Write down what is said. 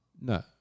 No